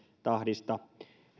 tahdista